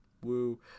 Woo